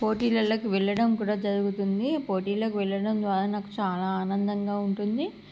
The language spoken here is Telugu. పోటీల్లోకి వెళ్ళడం కూడా జరుగుతుంది పోటీల్లోకి వెళ్ళడం ద్వారా నాకు చాలా ఆనందంగా ఉంటుంది